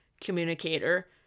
communicator